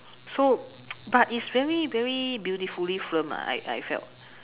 so but is very very beautifully filmed ah I I felt